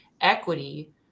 equity